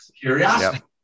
curiosity